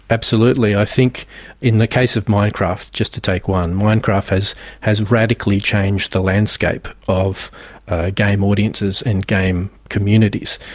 absolutely. i think in the case of minecraft, just to take one, minecraft has has radically changed the landscape of ah game audiences and to game communities.